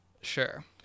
Sure